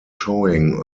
showing